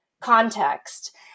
context